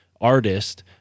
artist